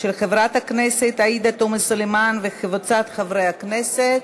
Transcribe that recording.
של חברת הכנסת עאידה תומא סלימאן וקבוצת חברי הכנסת.